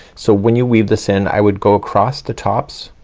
so when you weave this in i would go across the tops